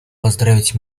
поздравить